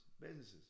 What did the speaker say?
businesses